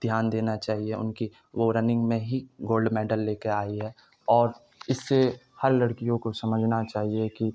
دھیان دینا چاہیے ان کی وہ رننگ میں ہی گولڈ میڈل لے کے آئی ہے اور اس سے ہر لڑکیوں کو سمجھنا چاہیے کہ